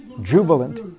Jubilant